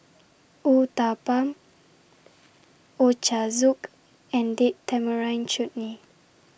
Uthapam Ochazuke and Date Tamarind Chutney